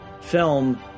film